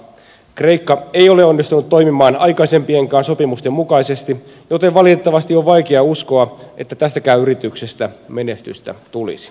kreikka ei ole onnistunut toimimaan aikaisempienkaan sopimusten mukaisesti joten valitettavasti on vaikea uskoa että tästäkään yrityksestä menestystä tulisi